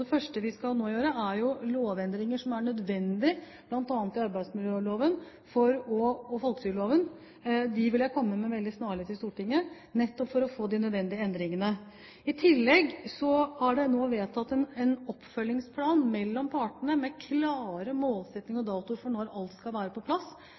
det første vi skal gjøre, er å foreta lovendringer, bl.a. i arbeidsmiljøloven og i folketrygdloven, som er nødvendige. Dem vil jeg komme til Stortinget med veldig snart, nettopp for å foreta de nødvendige endringene. I tillegg er det nå vedtatt en oppfølgingsplan mellom partene, med klare målsettinger og datoer for når alt skal være på plass